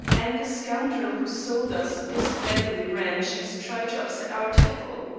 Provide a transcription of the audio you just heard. and the scoundrel who sold us this beggarly ranch has tried to upset our title.